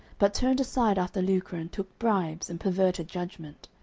but turned aside after lucre, and took bribes, and perverted judgment.